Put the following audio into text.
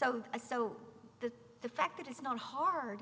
so a so that the fact that it's not hard